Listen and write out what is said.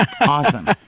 Awesome